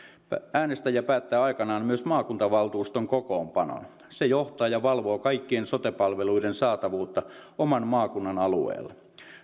äänestäjä päättää aikanaan myös maakuntavaltuuston kokoonpanon se johtaa ja valvoo kaikkien sote palveluiden saatavuutta oman maakunnan alueella